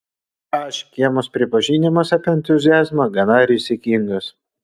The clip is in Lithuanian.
a škėmos prisipažinimas apie entuziazmą gana rizikingas